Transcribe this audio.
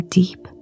deep